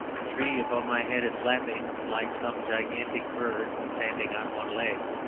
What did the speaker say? the tree above my head is flapping like some gigantic bird standing on one leg